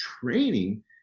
Training